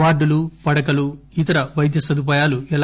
వార్డులు పడకలు ఇతర వైద్య సదుపాయాలు ఎలా